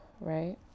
Right